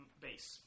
base